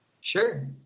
Sure